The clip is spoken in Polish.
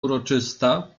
uroczysta